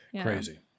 crazy